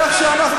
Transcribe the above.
איפה?